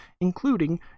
including